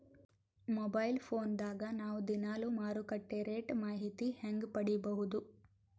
Mobile phone ದಾಗ ನಾವು ದಿನಾಲು ಮಾರುಕಟ್ಟೆ ರೇಟ್ ಮಾಹಿತಿ ಹೆಂಗ ಪಡಿಬಹುದು?